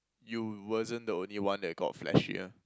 you wasn't the only one that got fleshier